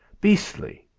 Beastly